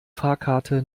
fahrkarte